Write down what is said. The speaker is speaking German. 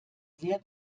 sehr